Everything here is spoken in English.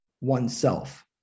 oneself